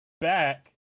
back